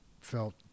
felt